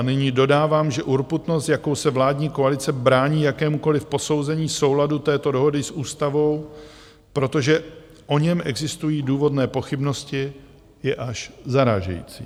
A nyní dodávám, že urputnost, jakou se vládní koalice brání jakémukoliv posouzení souladu této dohody s ústavou, protože o něm existují důvodné pochybnosti, je až zarážející.